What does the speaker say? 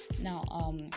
now